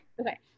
Okay